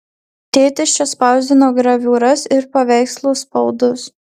tėtis čia spausdino graviūras ir paveikslų spaudus